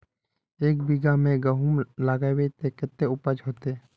एक बिगहा में गेहूम लगाइबे ते कते उपज होते?